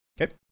Okay